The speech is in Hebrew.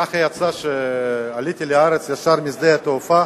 יצא שעליתי לארץ, וישר משדה התעופה